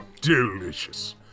delicious